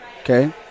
Okay